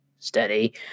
steady